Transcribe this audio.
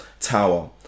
tower